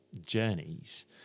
journeys